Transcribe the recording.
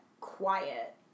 quiet